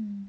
mm